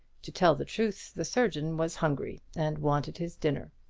to tell the truth, the surgeon was hungry, and wanted his dinner.